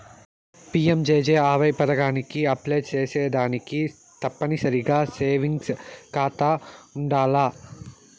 PMJJAY పదకానికి apply సేసేదానికి తప్పనిసరిగా సేవింగ్స్ కాతా ఉండాల్ల